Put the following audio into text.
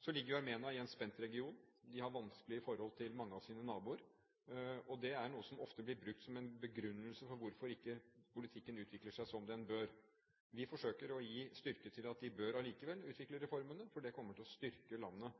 Så ligger Armenia i en spent region. De har vanskelige forhold til mange av sine naboer, og det er noe som ofte blir brukt som en begrunnelse for hvorfor politikken ikke utvikler seg som den bør. Vi forsøker å gi styrke til at de likevel bør utvikle reformene, for det kommer til å styrke landet